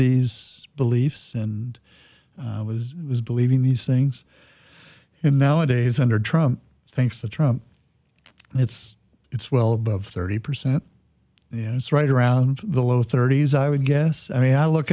these beliefs and was was believing these things and nowadays under trump thanks to trump and it's it's well above thirty percent you know it's right around the low thirty's i would guess i mean i look